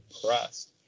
depressed